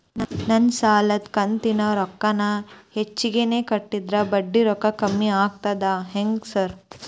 ನಾನ್ ಸಾಲದ ಕಂತಿನ ರೊಕ್ಕಾನ ಹೆಚ್ಚಿಗೆನೇ ಕಟ್ಟಿದ್ರ ಬಡ್ಡಿ ರೊಕ್ಕಾ ಕಮ್ಮಿ ಆಗ್ತದಾ ಹೆಂಗ್ ಸಾರ್?